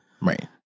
Right